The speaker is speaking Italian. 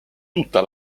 tutta